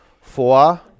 Four